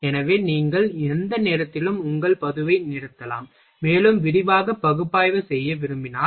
எனவே நீங்கள் எந்த நேரத்திலும் உங்கள் பதிவை நிறுத்தலாம் மேலும் விரிவாக பகுப்பாய்வு செய்ய விரும்பினால்